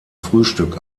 frühstück